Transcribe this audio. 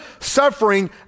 suffering